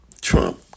Trump